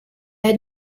had